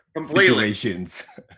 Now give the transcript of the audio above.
situations